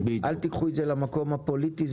אל תיקחו את זה למקום הפוליטי,